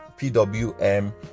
pwm